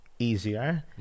easier